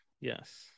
yes